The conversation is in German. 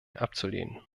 abzulehnen